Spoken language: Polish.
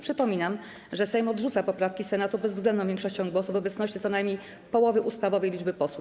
Przypominam, że Sejm odrzuca poprawki Senatu bezwzględną większością głosów w obecności co najmniej połowy ustawowej liczby posłów.